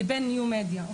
לבין ניו-מדיה.